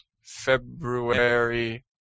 February